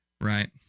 Right